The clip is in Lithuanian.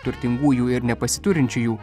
turtingųjų ir nepasiturinčiųjų